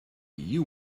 you